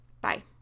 Bye